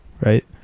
right